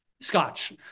Scotch